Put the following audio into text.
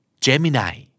Gemini